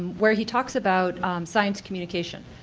where he talks about science communication.